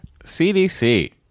CDC